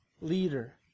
leader